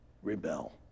Rebel